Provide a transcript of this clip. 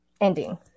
ending